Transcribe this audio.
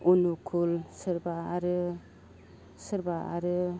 अनुकुल सोरबा आरो सोरबा आरो